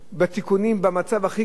והתיקונים במצב הכי גרוע,